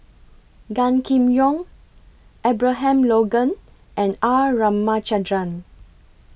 Gan Kim Yong Abraham Logan and R Ramachandran